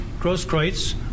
Grosskreutz